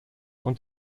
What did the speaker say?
und